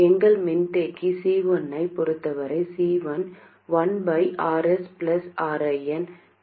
எங்கள் மின்தேக்கி C1 ஐப் பொருத்தவரை C1 ≫1 0Rs Rin